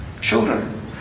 children